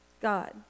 God